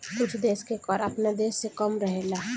कुछ देश के कर आपना देश से कम रहेला